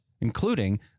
including